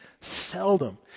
seldom